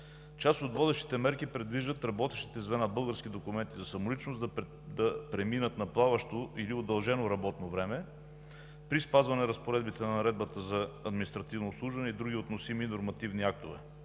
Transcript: Част от водещите мерки предвиждат работещите звена „Български документи за самоличност“ да преминат на плаващо или удължено работно време при спазване на разпоредбите на Наредбата за административно обслужване и други относими нормативни актове.